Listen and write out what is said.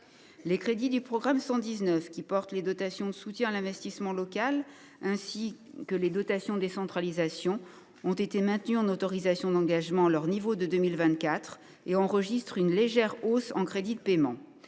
Les crédits du programme 119, qui portent les dotations de soutien à l’investissement local, ainsi que les dotations de décentralisation, ont été maintenus en autorisations d’engagement à leur niveau de 2024 et enregistrent une légère hausse en crédits de paiement.